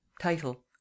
TITLE